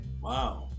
Wow